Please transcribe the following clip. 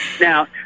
Now